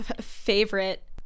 favorite